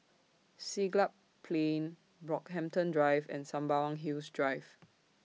Siglap Plain Brockhampton Drive and Sembawang Hills Drive